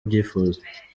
abyifuza